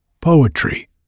poetry